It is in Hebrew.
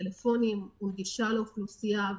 טלפונים, היא הונגשה לאוכלוסייה.